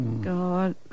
God